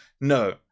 no